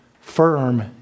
firm